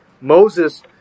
Moses